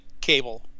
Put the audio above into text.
cable